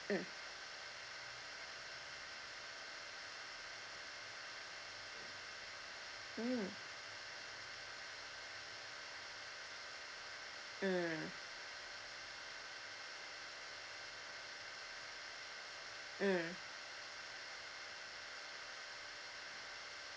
mm mm mm mm